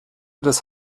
das